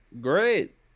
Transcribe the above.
Great